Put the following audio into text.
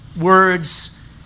words